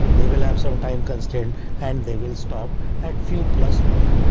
they will have some time constraint and they will stop at few plus more,